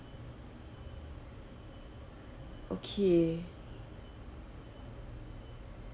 okay